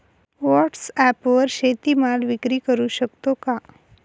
व्हॉटसॲपवर शेती माल विक्री करु शकतो का?